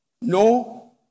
No